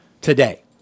today